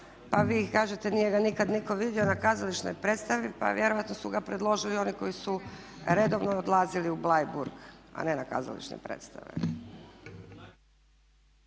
pa vi kažete nije ga nikad nitko vidio na kazališnoj predstavi. Pa vjerojatno su ga predložili oni koji su redovno odlazili u Bleiburg, a ne na kazališne predstave.